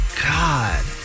God